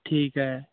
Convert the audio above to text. ਠੀਕ ਹੈ